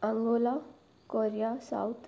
Angola South Korea